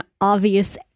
obvious